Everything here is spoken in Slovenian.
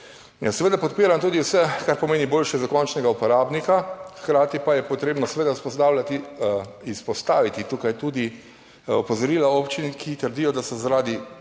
seveda podpiram tudi vse, kar pomeni boljše za končnega uporabnika, hkrati pa je potrebno seveda vzpostavljati, izpostaviti tukaj tudi opozorila občin, ki trdijo, da so zaradi